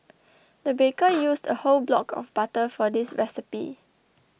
the baker used a whole block of butter for this recipe